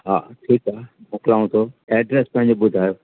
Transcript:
हा ठीकु आहे मोकिलियांव थो एड्रेस तव्हांजी ॿुधायो